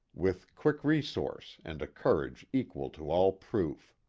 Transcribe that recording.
with quick re source and a courage equal to all proof.